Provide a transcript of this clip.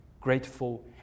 grateful